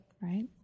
right